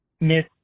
Miss